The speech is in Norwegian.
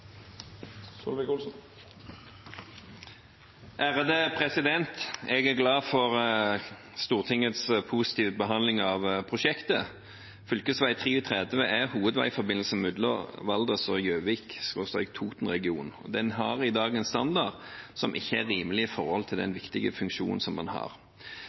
en hektisk hverdag. Jeg er glad for Stortingets positive behandling av prosjektet. Fylkesvei 33 er hovedveiforbindelsen mellom Valdres og Gjøvik/Toten-regionen. Den har i dag en standard som ikke er rimelig i forhold til den viktige funksjonen som den har.